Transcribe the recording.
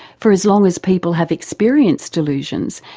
for as long as people have experienced delusions,